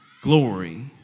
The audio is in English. glory